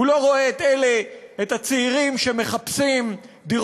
הוא לא רואה את הצעירים שמחפשים דירות